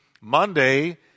Monday